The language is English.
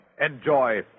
Enjoy